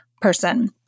person